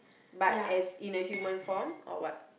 but as in a human form or what